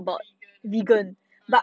vegan ah